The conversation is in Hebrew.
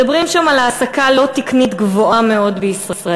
מדברים שם על העסקה לא תקנית גבוהה מאוד בישראל,